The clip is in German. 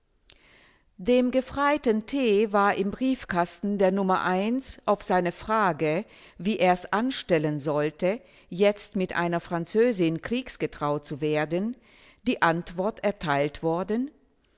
dem gefreiten t war im briefkasten der nummer auf seine frage wie er's anstellen sollte jetzt mit einer französin kriegsgetraut zu werden die antwort erteilt worden